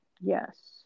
Yes